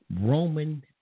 Roman